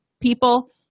people